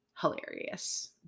hilarious